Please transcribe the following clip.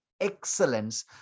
excellence